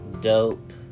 dope